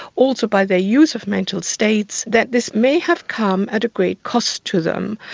also by their use of mental states, that this may have come at a great cost to them.